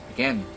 Again